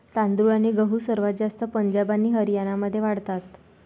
तांदूळ आणि गहू सर्वात जास्त पंजाब आणि हरियाणामध्ये वाढतात